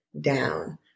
down